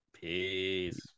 Peace